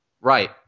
Right